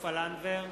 סופה לנדבר,